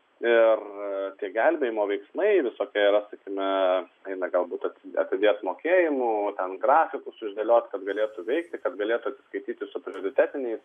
ir tie gelbėjimo veiksmai visokie yra sakykime eina galbūt atidės mokėjimų grafikus išdėliot kad galėtų veikti kad galėtų atsiskaityti su prioritetiniais